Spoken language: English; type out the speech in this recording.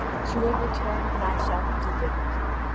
which you will return when i shall have delivered you.